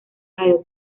radio